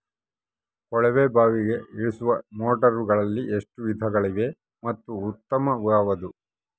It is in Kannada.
ಕೊಳವೆ ಬಾವಿಗೆ ಇಳಿಸುವ ಮೋಟಾರುಗಳಲ್ಲಿ ಎಷ್ಟು ವಿಧಗಳಿವೆ ಮತ್ತು ಉತ್ತಮ ಯಾವುದು?